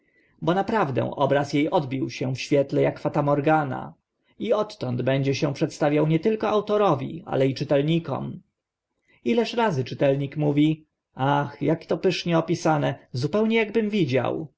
bo naprawdę obraz e odbił się w świetle ak fatamorgana i odtąd będzie się przedstawiał nie tylko autorowi ale i czytelnikom ileż razy czytelnik mówi ach ak to pysznie opisane zupełnie akbym widział